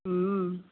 હં